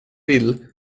vill